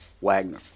Wagner